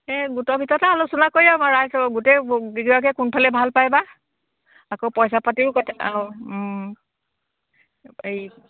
এই গোটৰ ভিতৰতে আলোচনা কৰি গোটেইকেইগৰাকীয়ে কোনফালে ভাল পায় বা আকৌ পইচা পাতিৰো অঁ এই